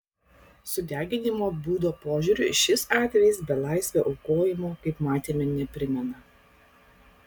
sudeginimo būdo požiūriu šis atvejis belaisvio aukojimo kaip matėme neprimena